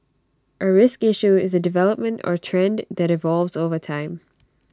A risk issue is A development or trend that evolves over time